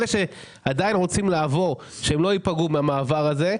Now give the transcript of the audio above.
אלה שעדיין רוצים לעבור שלא ייפגעו מהמעבר הזה.